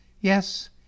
yes